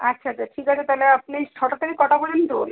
আচ্ছা আচ্ছা ঠিক আছে তাহলে আপনি ছটা থেকে কটা পর্যন্ত